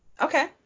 Okay